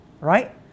right